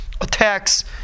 attacks